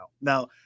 Now